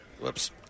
Whoops